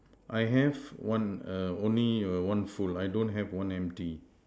I have one err only err one full I don't have one empty